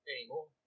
anymore